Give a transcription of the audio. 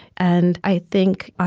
and i think